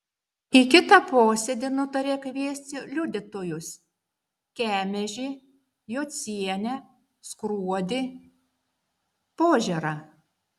į kitą posėdį nutarė kviesti liudytojus kemežį jocienę skruodį požėrą